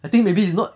I think maybe it's not